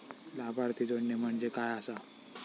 लाभार्थी जोडणे म्हणजे काय आसा?